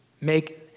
Make